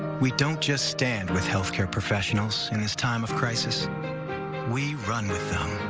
we don't just stand with healthcare professionals in this time of crisis we run with them,